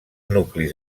nuclis